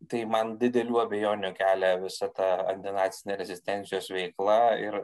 tai man didelių abejonių kelia visa ta antinacinė rezistencijos veikla ir